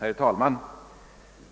Herr talman!